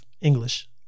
English